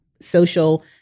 social